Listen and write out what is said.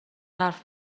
حرف